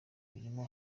birimo